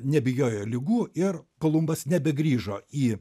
nebijojo ligų ir kolumbas nebegrįžo į